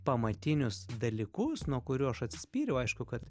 pamatinius dalykus nuo kurių aš atsispyriau aišku kad